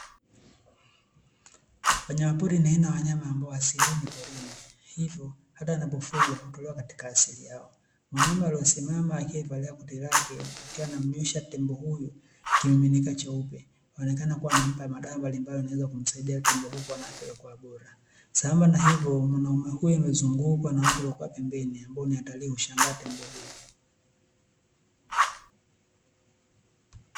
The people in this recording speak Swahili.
Wanyamapori ni aina ya wanyama ambao asilia yao ni porini hivyo hata wanapofungwa hutolewa katika asili yao. Mwanaume aliosimama aliyevalia koti lake akiwa anamnyeshwa tembo huyu kimiminika cheupe inaonekana kuwa anampa madawa mbalimbali yanaweza kumsaidia tembo huyu kuwa na afya iliyokuwa bora. Sambamba na hivyo mwanaume huyu amezungukwa na watu waliokuwa pembeni ambao ni watalii hushangaa tembo huyu.